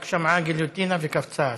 רק שמעה גיליוטינה וקפצה השרה.